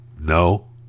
No